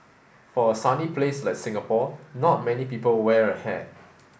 for a sunny place like Singapore not many people wear a hat